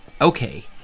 Okay